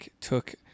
took